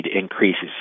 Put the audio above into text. increases